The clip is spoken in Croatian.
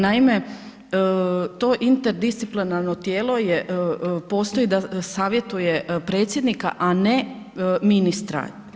Naime, to interdisciplinarno tijelo postoji da savjetuje Predsjednika a ne ministra.